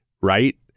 right